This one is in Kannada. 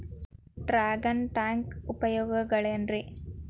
ಡ್ರ್ಯಾಗನ್ ಟ್ಯಾಂಕ್ ಉಪಯೋಗಗಳೆನ್ರಿ?